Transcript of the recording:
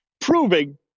proving